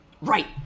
right